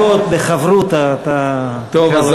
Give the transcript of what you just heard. בהפסקות, בחברותא, אתה יכול לקרוא לו ר' מוישה.